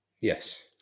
Yes